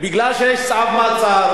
בגלל שיש צו מעצר,